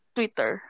Twitter